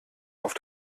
auf